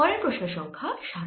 পরের প্রশ্ন সংখ্যা 7